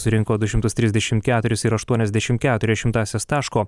surinko du šimtus trisdešim keturis ir aštuoniasdešim keturias šimtasias taško